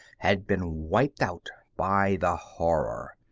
had been wiped out by the horror.